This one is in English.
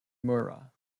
mura